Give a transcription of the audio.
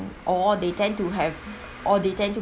or they tend to have or they tend to